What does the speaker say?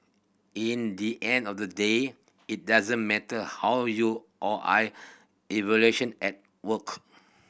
in the end of the day it doesn't matter how you or I evaluation at work